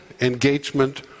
engagement